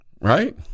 Right